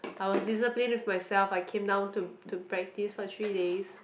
I was disciplined myself I came down to to practice for three days